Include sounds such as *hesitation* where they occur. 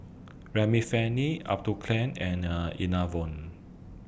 Remifemin Atopiclair and *hesitation* Enervon